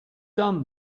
done